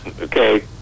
Okay